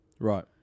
Right